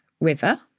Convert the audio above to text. river